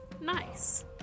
nice